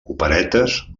operetes